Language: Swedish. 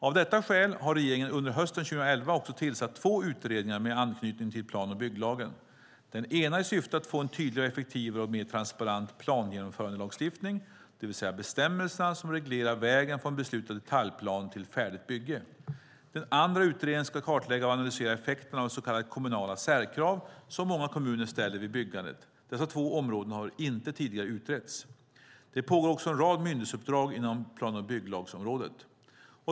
Av detta skäl har regeringen under hösten 2011 också tillsatt två utredningar med anknytning till plan och bygglagen, den ena i syfte att få en tydligare, effektivare och mer transparent plangenomförandelagstiftning, det vill säga bestämmelserna som reglerar vägen från beslutad detaljplan till färdigt bygge. Den andra utredningen ska kartlägga och analysera effekterna av så kallade kommunala särkrav som många kommuner ställer vid byggandet. Dessa två områden har inte tidigare utretts. Det pågår också en rad myndighetsuppdrag inom plan och bygglagsområdet.